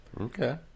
okay